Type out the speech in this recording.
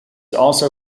also